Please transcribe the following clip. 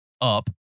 up